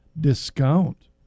discount